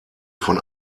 von